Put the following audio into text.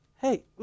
hey